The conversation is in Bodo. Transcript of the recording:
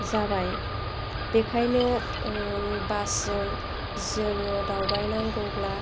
जाबाय बेनिखायनो बासजों जोङो दावबायनांगौब्ला